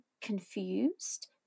confused